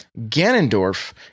Ganondorf